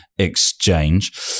exchange